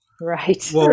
Right